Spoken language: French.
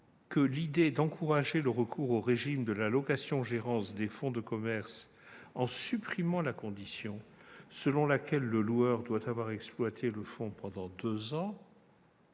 même, l'idée d'encourager le recours au régime de la location-gérance des fonds de commerce en supprimant la condition selon laquelle le loueur doit avoir exploité le fonds pendant deux ans